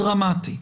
דרמטי.